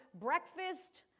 breakfast